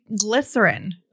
glycerin